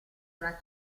una